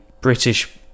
british